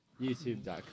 YouTube.com